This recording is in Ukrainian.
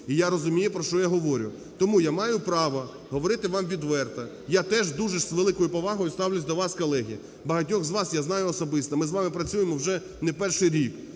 І я розумію, про що я говорю. Тому я маю право говорити вам відверто, я теж дуже з великою повагою ставлюся до вас, колеги. Багатьох з вас я знаю особисто. Ми з вами працюємо вже не перший рік,